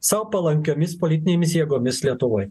sau palankiomis politinėmis jėgomis lietuvoj